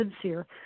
sincere